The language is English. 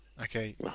Okay